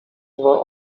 were